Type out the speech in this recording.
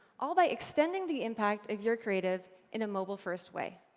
all by extending the impact of your creative in a mobile-first way.